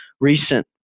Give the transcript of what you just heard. recent